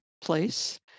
place